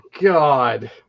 god